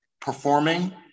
performing